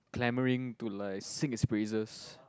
glamouring to like sing his praises